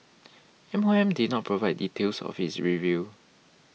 M O M did not provide details of its review